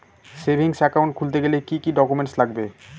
Savings account খুলতে গেলে কি কি ডকুমেন্টস লাগবে?